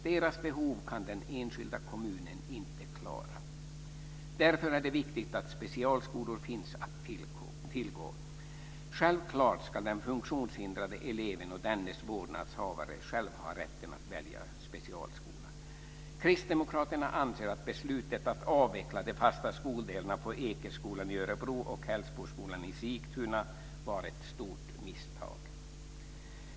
Deras behov kan den enskilda kommunen inte klara. Därför är det viktigt att specialskolor finns att tillgå. Självklart ska den funktionshindrade eleven och dennes vårdnadshavare själva ha rätten att välja specialskola. Kristdemokraterna anser att beslutet om att avveckla de fasta skoldelarna på Ekeskolan i Örebro och Hällsboskolan i Sigtuna var ett stort misstag.